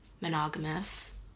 monogamous